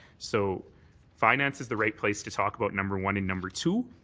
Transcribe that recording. so finance is the right place to talk about number one and number two.